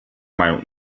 meinung